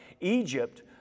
Egypt